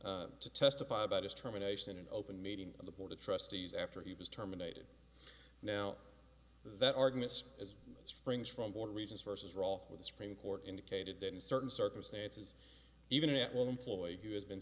employees to testify about his terminations in an open meeting of the board of trustees after he was terminated now that arguments as springs from border regions versus raul with the supreme court indicated that in certain circumstances even at will employee who has been